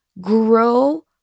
Grow